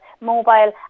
mobile